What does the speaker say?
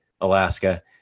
alaska